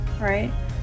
right